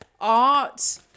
art